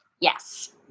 Yes